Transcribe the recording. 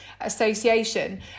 association